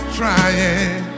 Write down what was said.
trying